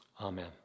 Amen